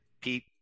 Pete